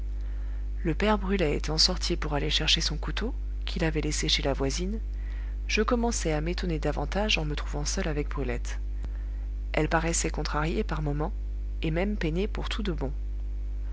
le père brulet étant sorti pour aller chercher son couteau qu'il avait laissé chez la voisine je commençai à m'étonner davantage en me trouvant seul avec brulette elle paraissait contrariée par moments et même peinée pour tout de bon